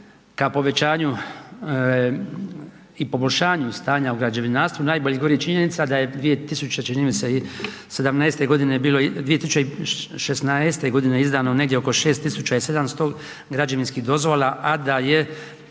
ka povećanju i poboljšanju stanja u građevinarstvu najbolje govori činjenica da je čini mi se 2017.g. bilo 2016.g. izdano negdje oko 6700 građevinskih dozvola, a da je